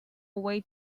way